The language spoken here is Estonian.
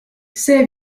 see